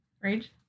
Rage